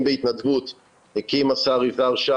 ההתמכרות מדברת על חשיפה ל-toxicity ועלייה,